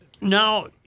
now